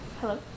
hello